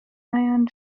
ion